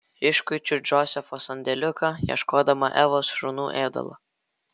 iškuičiu džozefo sandėliuką ieškodama evos šunų ėdalo